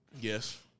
Yes